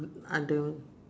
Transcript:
ada